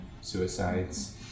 suicides